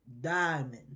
diamond